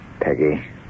peggy